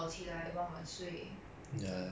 very tiring lah